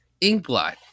Inkblot